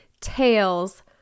tails